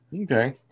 Okay